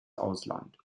ausland